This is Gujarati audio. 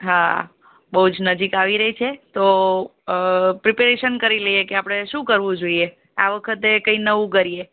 હાં બહુ જ નજીક આવી રહી છે તો પ્રીપેરેશન કરી લઈએ કે આપણે શું કરવું જોઈએ આ વખતે કંઈ નવું કરીએ